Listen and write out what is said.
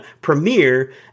premiere